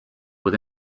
with